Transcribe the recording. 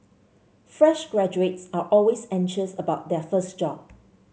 fresh graduates are always anxious about their first job